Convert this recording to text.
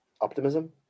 optimism